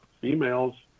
females